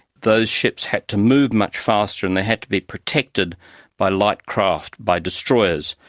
those ships had to move much faster and they had to be protected by light craft, by destroyers,